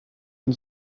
and